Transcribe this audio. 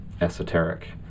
esoteric